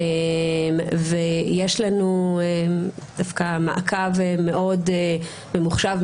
ויש לנו דווקא מעקב מאוד ממוחשב,